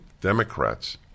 Democrats